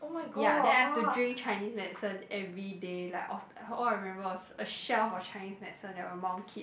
ya then I've to drink Chinese medicine every day like all I remember was a shelf of Chinese medicine that my mum keep